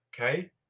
okay